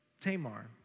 Tamar